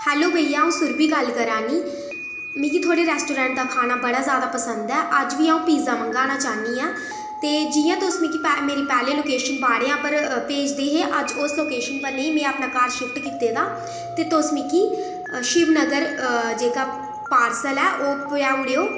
hello भाइया अ'ऊं सुरभि गल्ल करा नीं मिगी थुआढ़े रेस्टोरैंट दा खाना बड़ा ज़्यादा पसंद ऐ अज्ज बी अ'ऊं पीज़ा मंगाना चाह्न्नी आं ते जि'यां तुस मिगी मेरी पैह्ली लोकेशन बाड़ेआं पर भेजदे हे अज्ज उस लोकेशन पर नेईं में अपना घर शिफ्ट कीते दा ते तुस मिगी शिव नगर जेह्का पार्सल ऐ ओह् पुजाउड़ेओ